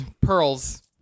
Pearls